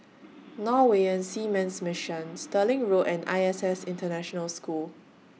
Norwegian Seamen's Mission Stirling Road and I S S International School